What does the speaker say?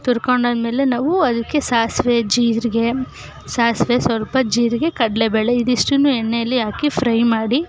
ತುರ್ಕೊಂಡಾದ ಮೇಲೆ ನಾವು ಅದಕ್ಕೆ ಸಾಸಿವೆ ಜೀರಿಗೆ ಸಾಸಿವೆ ಸ್ವಲ್ಪ ಜೀರಿಗೆ ಕಡಲೆ ಬೇಳೆ ಇದಿಷ್ಟನ್ನೂ ಎಣ್ಣೆಯಲ್ಲಿ ಹಾಕಿ ಫ್ರೈ ಮಾಡಿ